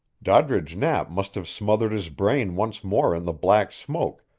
doddridge knapp must have smothered his brain once more in the black smoke,